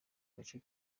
gace